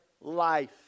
life